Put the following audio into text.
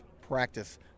practice